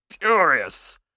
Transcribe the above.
furious